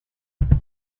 torto